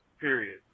period